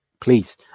Please